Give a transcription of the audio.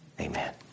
Amen